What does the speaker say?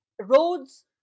roads